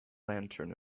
lantern